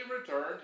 returned